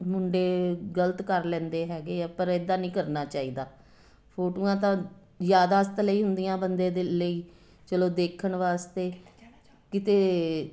ਮੁੰਡੇ ਗਲਤ ਕਰ ਲੈਂਦੇ ਹੈਗੇ ਆ ਪਰ ਇੱਦਾਂ ਨਹੀਂ ਕਰਨਾ ਚਾਹੀਦਾ ਫੋਟੋਆਂ ਤਾਂ ਯਾਦਾਸ਼ਤ ਲਈ ਹੁੰਦੀਆਂ ਬੰਦੇ ਦੇ ਲਈ ਚਲੋ ਦੇਖਣ ਵਾਸਤੇ ਕਿਤੇ